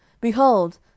Behold